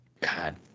God